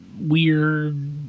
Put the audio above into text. weird